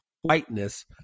whiteness